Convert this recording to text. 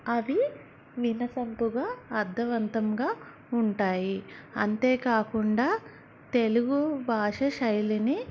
అవి వినసొంపుగా అర్థవంతంగా ఉంటాయి అంతేకాకుండా తెలుగు భాష శైలిని